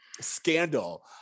scandal